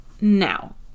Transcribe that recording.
Now